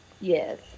yes